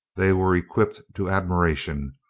they were equipped to admiration,